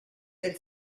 del